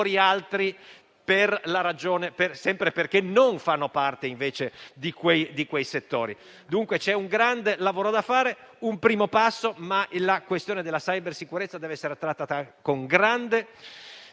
C'è un gran lavoro da fare, questo è un primo passo ma la questione della cybersicurezza deve essere trattata con grande serietà